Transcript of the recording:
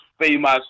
famous